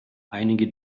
einige